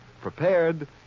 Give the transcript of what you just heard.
prepared